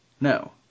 No